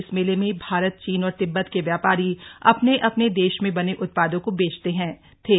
इस मेले में भारत चीन और तिब्बत के व्यापारी अपने अपने देश में बने उत्पादों को बेचते थे